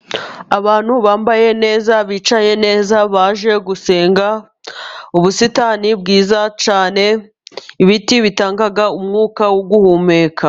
Abantu bambaye neza bicaye neza baje gusenga, ubusitani bwiza cyane ,ibiti bitanga umwuka wo guhumeka.